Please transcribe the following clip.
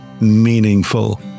meaningful